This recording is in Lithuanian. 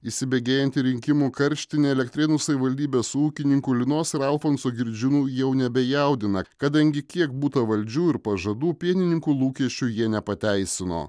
įsibėgėjanti rinkimų karštinė elektrėnų savivaldybės ūkininkų linos ir alfonso girdžiūnų jau nebejaudina kadangi kiek būta valdžių ir pažadų pienininkų lūkesčių jie nepateisino